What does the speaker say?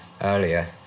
earlier